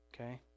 Okay